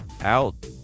Out